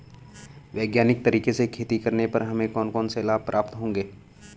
वैज्ञानिक तरीके से खेती करने पर हमें कौन कौन से लाभ प्राप्त होंगे?